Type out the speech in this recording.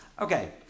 Okay